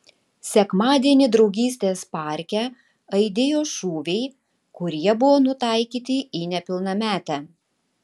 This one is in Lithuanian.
sekmadienį draugystės parke aidėjo šūviai kurie buvo nutaikyti į nepilnametę